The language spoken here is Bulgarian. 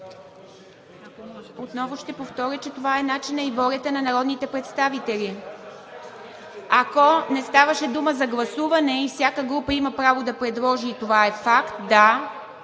Отново ще повторя, че това е начинът и волята на народните представители. Ако не ставаше дума за гласуване и всяка група има право да предложи – това е факт, да,